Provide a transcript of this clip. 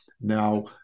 Now